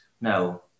no